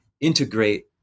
integrate